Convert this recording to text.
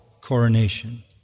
coronation